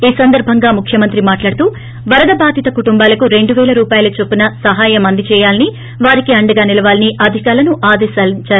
ఈ సందర్భంగా ముఖ్యమంత్రి మాట్లాడుతూ వరద బాధిత కుటుంబాలకు రెండు వేల రూపాయల చొప్పున సహాయం అందజేయాలని వారికి అండగా నిలవాలని అధికారులను ఆదేశించారు